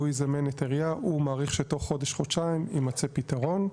והוא מעריך שתוך חודש, חודשיים יימצא פתרון,